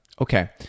Okay